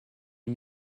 les